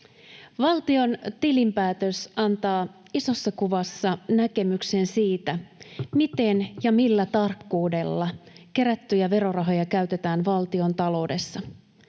Valtion tilinpäätös antaa isossa kuvassa näkemyksen siitä, miten ja millä tarkkuudella kerättyjä verorahoja käytetään valtiontaloudessa.